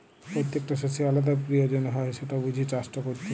পত্যেকট শস্যের আলদা পিরয়োজন হ্যয় যেট বুঝে চাষট ক্যরতে হয়